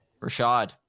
Rashad